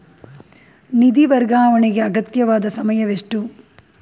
ನಿಧಿ ವರ್ಗಾವಣೆಗೆ ಅಗತ್ಯವಾದ ಸಮಯವೆಷ್ಟು?